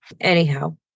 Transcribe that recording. Anyhow